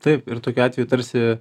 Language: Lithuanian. taip ir tokiu atveju tarsi